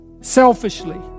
selfishly